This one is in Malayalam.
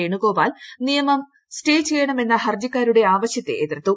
വേണുഗോപാൽ നിയമം സ്റ്റേ ചെയ്യണമെന്ന ഹർജ്ജിക്കാരുടെ ആവശ്യത്തെ എതിർത്തു